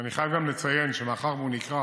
ואני חייב גן לציין שמאחר שהוא נקרא